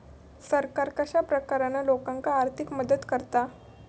सरकार कश्या प्रकारान लोकांक आर्थिक मदत करता?